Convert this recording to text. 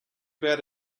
bad